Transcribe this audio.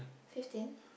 fifteen